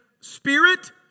spirit